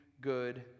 good